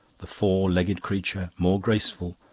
the four-legged creature, more graceful,